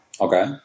Okay